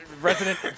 resident